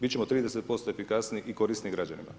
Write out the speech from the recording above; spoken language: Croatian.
Bit ćemo 30% efikasniji i korisniji građanima.